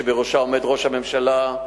שבראשה עומד ראש הממשלה,